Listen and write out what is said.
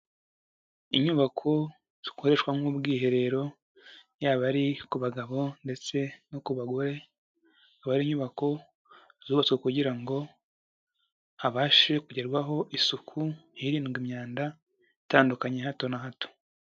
Inyubako zikoreshwa nk'ubwiherero, yaba ari ku bagabo ndetse no ku bagore, aba ari inyubako zubatswe kugira ngo habashe kugerwaho isuku, hirindwa imyanda itandukanye ya hato na hato.